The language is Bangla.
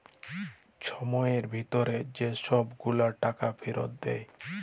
ছময়ের ভিতরে যে ছব গুলা টাকা ফিরত দেয়